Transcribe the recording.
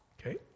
Okay